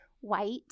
white